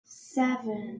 seven